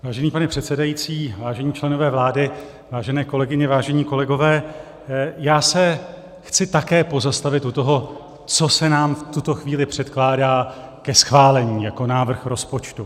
Vážený pane předsedající, vážení členové vlády, vážené kolegyně, vážení kolegové, já se chci také pozastavit u toho, co se nám v tuto chvíli předkládá ke schválení jako návrh rozpočtu.